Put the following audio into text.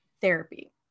therapy